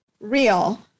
real